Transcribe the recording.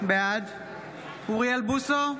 בעד אוריאל בוסו,